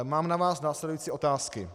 Mám na vás následující otázky: